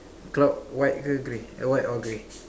cloud white uh grey eh white or grey